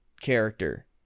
character